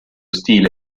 stile